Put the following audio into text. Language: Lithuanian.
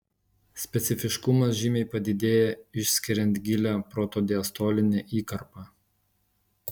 specifiškumas žymiai padidėja išskiriant gilią protodiastolinę įkarpą